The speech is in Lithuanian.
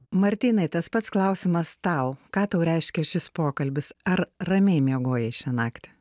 martynai tas pats klausimas tau ką tau reiškia šis pokalbis ar ramiai miegojai šią naktį